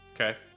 Okay